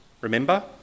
Remember